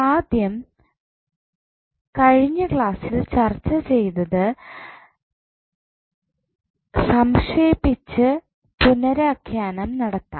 ആദ്യം നമ്മൾ കഴിഞ്ഞ ക്ലാസ്സിൽ ചർച്ച ചെയ്തത് സംക്ഷേപിച്ചു പുനരാഖ്യാനം നടത്താം